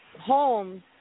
homes